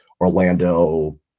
Orlando